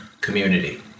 community